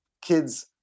kids